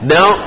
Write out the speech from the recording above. Now